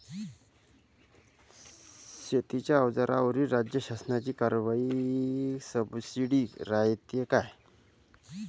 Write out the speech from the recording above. शेतीच्या अवजाराईवर राज्य शासनाची काई सबसीडी रायते का?